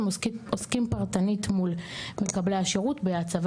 עוסקים פרטנית מול מקבלות השירות בהצבה